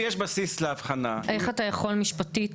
זה תלוי בנתונים.